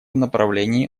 направлении